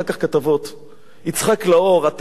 יצחק לאור: "הטעות של גחלי השמאל",